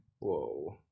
Whoa